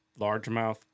largemouth